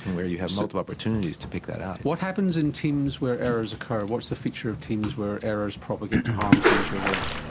where you have multiple sort of opportunities to pick that up. what happens in teams where errors occur, what's the feature of teams where errors propagate to harm, to use your words?